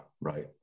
right